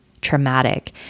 traumatic